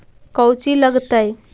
कौची लगतय?